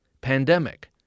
pandemic